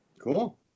cool